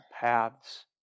paths